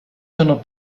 sono